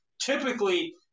Typically